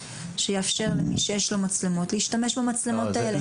שיאפשר למי שיש לו מצלמות להשתמש במצלמות האלה.